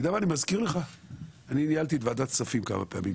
אני ניהלתי את ועדת הכספים כמה פעמים,